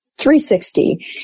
360